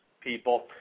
people